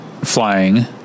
flying